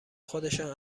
خودشان